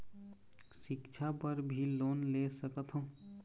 सिक्छा बर भी लोन ले सकथों?